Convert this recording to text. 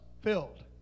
filled